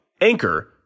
Anchor